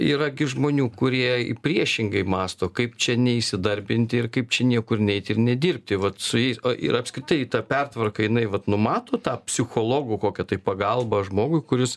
yra gi žmonių kurie priešingai mąsto kaip čia neįsidarbinti ir kaip čia niekur neiti ir nedirbti vat su jais ir apskritai ta pertvarka jinai vat numato tą psichologų kokią tai pagalbą žmogui kuris